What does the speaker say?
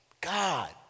God